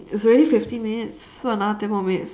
it's already fifty minutes so another ten more minutes